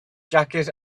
jacket